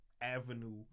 avenue